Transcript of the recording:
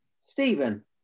Stephen